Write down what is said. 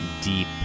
deep